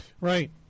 Right